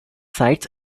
sites